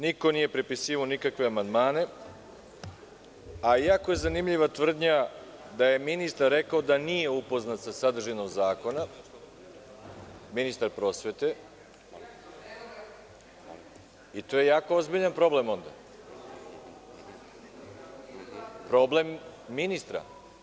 Niko nije prepisivao nikakve amandmane, a jako je zanimljiva tvrdnja da je ministar rekao da nije upoznat sa sadržinom zakona, ministar prosvete, i to je jako ozbiljan problem onda, problem ministra.